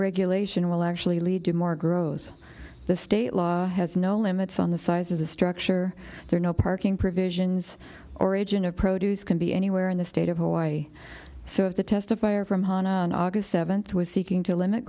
regulation will actually lead to more growth the state law has no limits on the size of the structure there are no parking provisions origin of produce can be anywhere in the state of hawaii so if the testifier from hannah on august seventh was seeking to limit